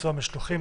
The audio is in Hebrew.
ביצוע משלוחים,